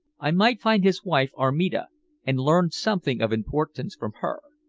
i might find his wife armida and learn something of importance from her.